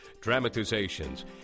dramatizations